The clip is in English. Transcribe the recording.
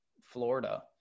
Florida